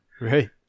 Right